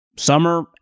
Summer